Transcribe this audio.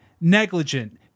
negligent